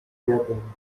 jeden